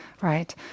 Right